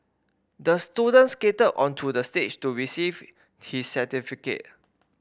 the student skated onto the stage to receive his certificate